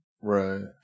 Right